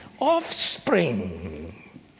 offspring